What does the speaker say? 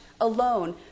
alone